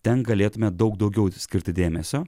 ten galėtume daug daugiau skirti dėmesio